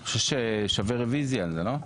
אני חושב ששווה רוויזיה על זה, לא?